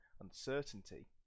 uncertainty